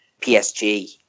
PSG